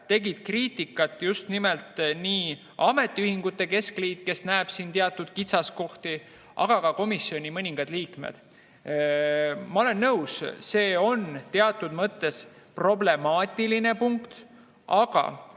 tegid kriitikat just nimelt nii ametiühingute keskliit, kes näeb siin teatud kitsaskohti, kui ka mõningad komisjoni liikmed. Ma olen nõus, et see on teatud mõttes problemaatiline punkt. Aga